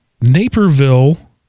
Naperville